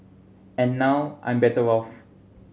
and now I'm better off